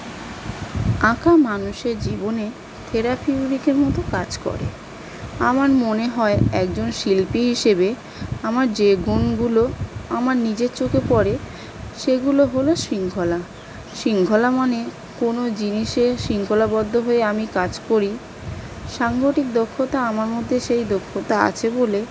আঁকা মানুষের জীবনে থেরাপি মতো কাজ করে আমার মনে হয় একজন শিল্পী হিসেবে আমার যে গুণগুলো আমার নিজের চোখে পড়ে সেগুলো হলো শৃঙ্খলা শৃঙ্খলা মানে কোনো জিনিসে শৃঙ্খলাবদ্ধ হয়ে আমি কাজ করি সাংগঠিক দক্ষতা আমার মধ্যে সেই দক্ষতা আছে বোলে